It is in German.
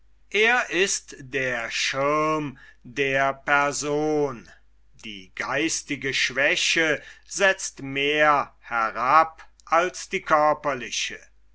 er ist der schirm der person die geistige schwäche setzt mehr herab als die körperliche